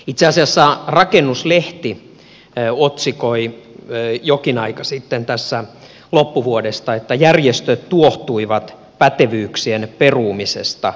itse asiassa rakennuslehti otsikoi jokin aika sitten tässä loppuvuodesta että järjestöt tuohtuivat pätevyyksien perumisista